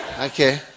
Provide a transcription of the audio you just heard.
Okay